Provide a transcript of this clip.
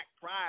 pride